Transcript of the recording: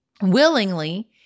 willingly